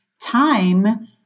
time